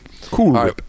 Cool